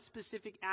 specific